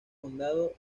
condado